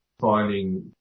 finding